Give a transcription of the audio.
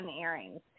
earrings